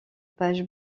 page